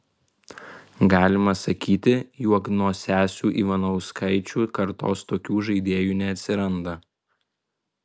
galima sakyti jog nuo sesių ivanauskaičių kartos tokių žaidėjų neatsiranda